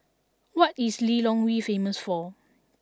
what is Lilongwe famous for